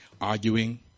arguing